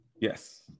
Yes